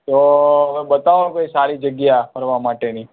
તો હવે બતાવો કોઈ સારી જગ્યા ફરવા માટેની